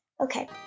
Okay